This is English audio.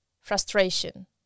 frustration